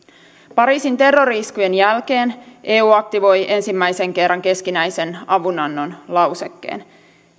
pariisin terrori iskujen jälkeen eu aktivoi ensimmäisen kerran keskinäisen avunannon lausekkeen